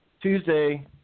Tuesday